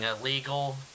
illegal